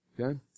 Okay